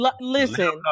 Listen